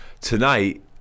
Tonight